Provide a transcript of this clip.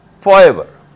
forever